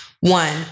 One